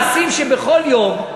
מעשים שבכל יום,